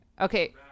Okay